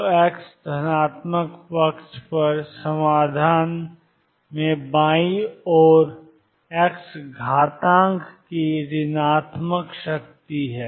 तो x धनात्मक पक्ष पर समाधान में बाईं ओर x घातांक की ऋणात्मक शक्ति है